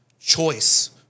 choice